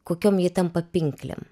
kokiom ji tampa pinklėm